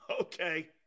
Okay